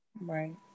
right